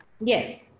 Yes